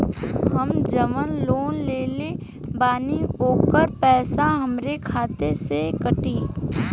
हम जवन लोन लेले बानी होकर पैसा हमरे खाते से कटी?